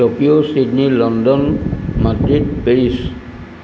Tokyo Sydney London Madrid Paris